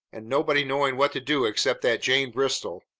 and nobody knowing what to do except that jane bristol.